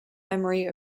memory